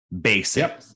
basic